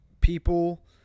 people –